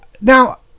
now